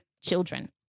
children